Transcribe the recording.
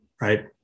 right